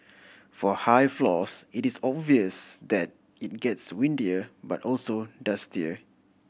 for high floors it is obvious that it gets windier but also dustier